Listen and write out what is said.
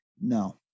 No